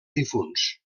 difunts